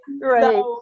right